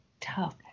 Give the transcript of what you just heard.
tough